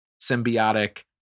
symbiotic